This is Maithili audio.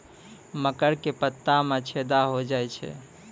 मकर के पत्ता मां छेदा हो जाए छै?